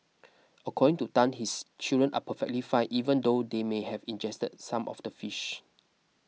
according to Tan his children are perfectly fine even though they may have ingested some of the fish